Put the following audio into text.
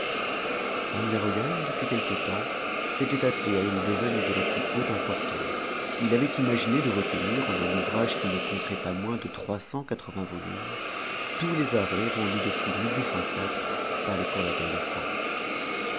van der hogen depuis quelque temps s'était attelé à une besogne de la plus haute importance il avait imaginé de recueillir en un ouvrage qui ne compterait pas moins de trois cent quatre-vingts volumes tous les arrêts rendus depuis par les cours d'appel de france